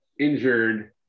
Injured